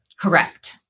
Correct